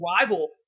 rival